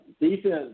defense